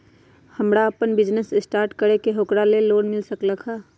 हमरा अपन business start करे के है ओकरा लेल लोन मिल सकलक ह?